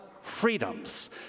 freedoms